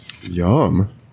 Yum